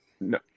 No